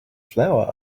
flour